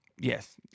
Yes